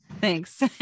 Thanks